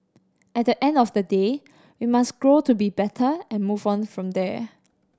at the end of the day we must grow to be better and move on from there